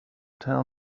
tell